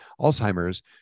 Alzheimer's